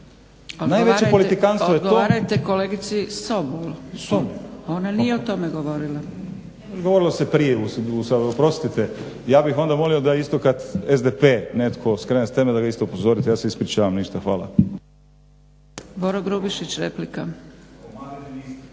zakon. …/Upadica Zgrebec: Odgovarajte kolegici Sobol, ona nije o tome govorila./… Govorilo se prije. Oprostite ja bih onda molio da isto kad SDP kad netko skrene s teme da ga isto upozorite. Ja se ispričavam ništa. Hvala.